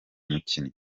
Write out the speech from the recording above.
mukinnyi